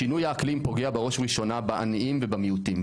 שינוי האקלים פוגע בראש ובראשונה בעניין ובמיעוטים,